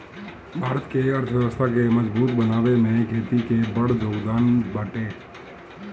भारत के अर्थव्यवस्था के मजबूत बनावे में खेती के बड़ जोगदान बाटे